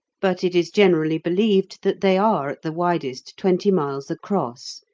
but it is generally believed that they are, at the widest, twenty miles across,